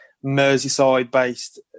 Merseyside-based